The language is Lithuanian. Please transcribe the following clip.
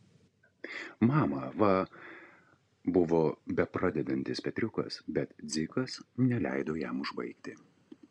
mama va buvo bepradedantis petriukas bet dzikas neleido jam užbaigti